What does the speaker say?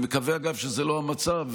אני מקווה שזה לא המצב,